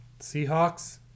Seahawks